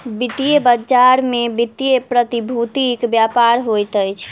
वित्तीय बजार में वित्तीय प्रतिभूतिक व्यापार होइत अछि